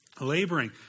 laboring